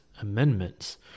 Amendments